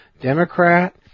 Democrat